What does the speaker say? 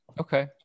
Okay